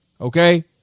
Okay